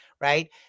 right